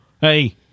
Hey